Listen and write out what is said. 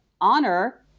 honor